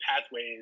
pathways